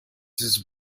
his